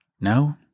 No